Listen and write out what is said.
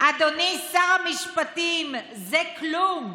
אדוני שר המשפטים, זה כלום.